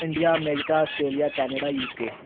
India America Australia Canada UK